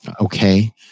Okay